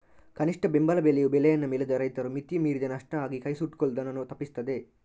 ಕನಿಷ್ಠ ಬೆಂಬಲ ಬೆಲೆಯು ಬೆಳೆಯನ್ನ ಬೆಳೆದ ರೈತರು ಮಿತಿ ಮೀರಿದ ನಷ್ಟ ಆಗಿ ಕೈ ಸುಟ್ಕೊಳ್ಳುದನ್ನ ತಪ್ಪಿಸ್ತದೆ